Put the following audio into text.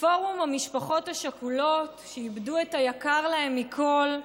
מפורום המשפחות השכולות, שאיבדו את היקר להן מכול,